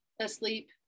asleep